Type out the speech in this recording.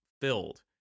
filled